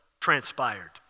transpired